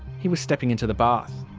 he was stepping into the bath.